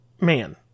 man